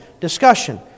discussion